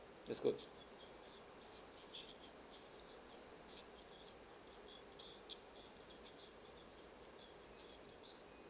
that's good